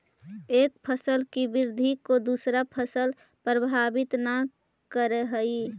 एक फसल की वृद्धि को दूसरा फसल प्रभावित न करअ हई